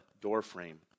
doorframe